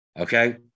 Okay